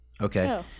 Okay